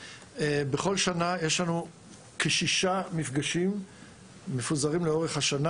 בכל שנה יש לנו כ-6 מפגשים מפוזרים לאורך השנה.